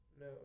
No